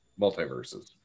multiverses